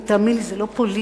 תאמין לי, זה לא פוליטי.